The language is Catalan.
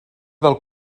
del